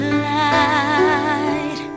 light